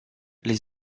les